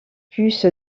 plus